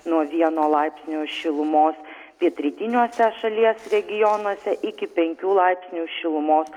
nuo vieno laipsnio šilumos pietrytiniuose šalies regionuose iki penkių laipsnių šilumos